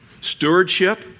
Stewardship